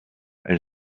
elle